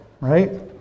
right